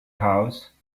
house